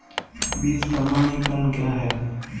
बीज प्रमाणीकरण क्या है?